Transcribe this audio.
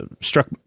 struck